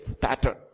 pattern